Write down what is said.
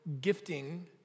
gifting